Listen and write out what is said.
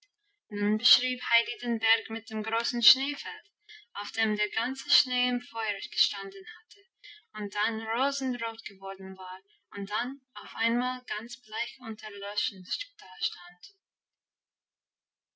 beschrieb heidi den berg mit dem großen schneefeld auf dem der ganze schnee im feuer gestanden hatte und dann rosenrot geworden war und dann auf einmal ganz bleich und